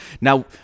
Now